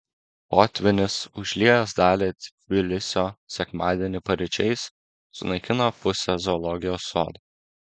potvynis užliejęs dalį tbilisio sekmadienį paryčiais sunaikino pusę zoologijos sodo